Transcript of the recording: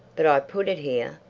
but i put it here.